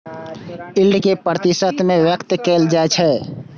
yield कें प्रतिशत मे व्यक्त कैल जाइ छै